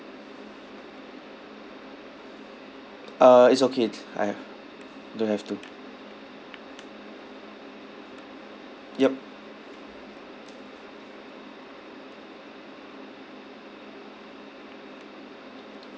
uh it's okay uh ya don't have to yup